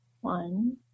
one